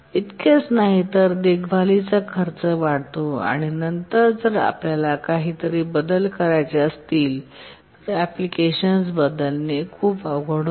इतकेच नाही तर देखभालीचा खर्च वाढतो आणि नंतर जर आपल्याला काहीतरी बदल करायचे असतील तर एप्लीकेशन बदलणे खूप अवघड होते